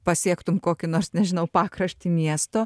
pasiektum kokį nors nežinau pakraštį miesto